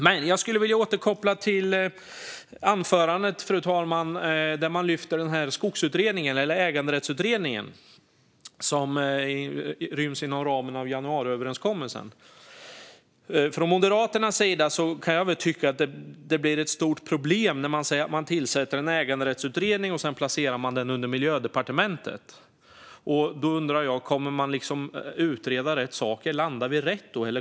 Men jag skulle vilja återkomma till anförandet, fru talman, där den skogsutredning eller äganderättsutredning som ryms inom ramen för januariöverenskommelsen lyftes. Jag kan från Moderaternas sida tycka att det blir ett stort problem när man säger att man tillsätter en äganderättsutredning och sedan placerar den under Miljödepartementet. Då undrar jag: Kommer man att utreda rätt saker? Landar vi då rätt?